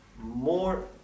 more